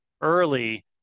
early